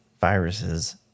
viruses